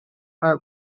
are